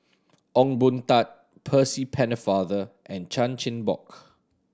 Ong Boon Tat Percy Pennefather and Chan Chin Bock